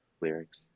lyrics